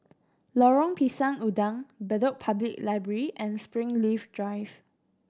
Lorong Pisang Udang Bedok Public Library and Springleaf Drive